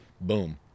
Boom